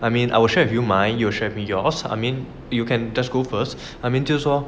I mean I will share with you mine you will share with me yours I mean you can just go first I mean 就是说